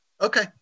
Okay